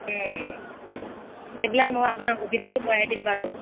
সেইবিলাক মই আপোনাক সুবিধাটো কৰাই দিম বাৰু